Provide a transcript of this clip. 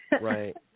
Right